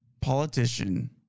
politician